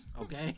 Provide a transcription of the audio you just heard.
Okay